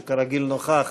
שכרגיל נוכח,